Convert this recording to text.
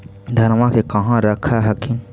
धनमा के कहा रख हखिन?